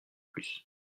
plus